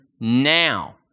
now